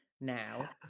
now